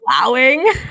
allowing